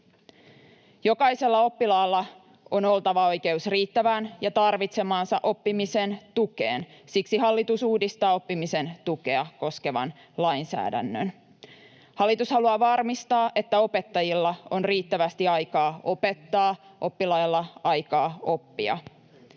Jokaisella oppilaalla on oltava oikeus riittävään ja tarvitsemaansa oppimisen tukeen. Siksi hallitus uudistaa oppimisen tukea koskevan lainsäädännön. Hallitus haluaa varmistaa, että opettajilla on riittävästi aikaa opettaa ja oppilailla aikaa oppia.